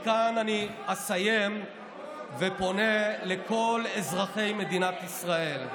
כאן אני מסיים ופונה לכל אזרחי מדינת ישראל.